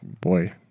boy